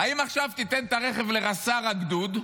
האם עכשיו תיתן את הרכב לרס"ר הגדוד,